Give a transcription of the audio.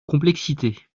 complexité